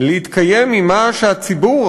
להתקיים ממה שהציבור,